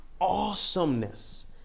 awesomeness